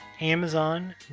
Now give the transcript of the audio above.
Amazon